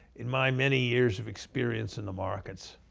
in my many years of experience in the markets,